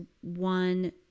one